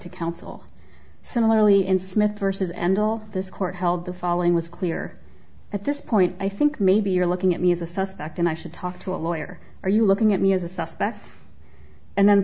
to counsel similarly in smith vs and all this court held the following was clear at this point i think maybe you're looking at me as a suspect and i should talk to a lawyer are you looking at me as a suspect and then